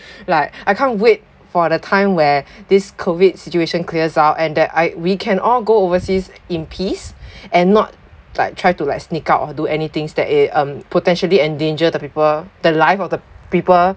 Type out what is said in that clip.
like I can't wait for the time where this COVID situation clears out and that I we can all go overseas in peace and not like try to like sneak out or do any things that a um potentially endanger the people the life of the people